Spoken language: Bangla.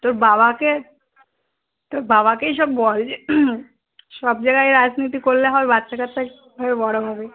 তোর বাবাকে তোর বাবাকেই সব বল যে সব জায়গায় রাজনীতি করলে হবে বাচ্চা কাচ্চা কীভাবে বড় হবে